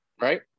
right